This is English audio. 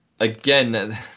again